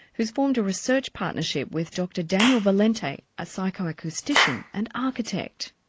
who's formed a research partnership with dr daniel valente, a psycho-acoustician and architect.